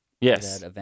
Yes